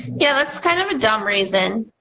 yeah, that's kind of a dumb reason.